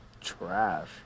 trash